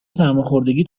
سرماخوردگی